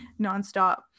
nonstop